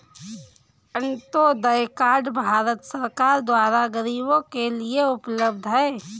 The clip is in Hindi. अन्तोदय कार्ड भारत सरकार द्वारा गरीबो के लिए उपलब्ध है